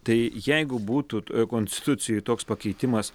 tai jeigu būtų konstitucijoj toks pakeitimas